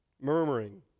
murmuring